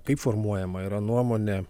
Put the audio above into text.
kaip formuojama yra nuomonė